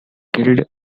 killed